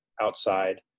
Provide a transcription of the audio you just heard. outside